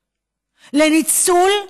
לניצול,